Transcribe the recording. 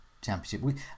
Championship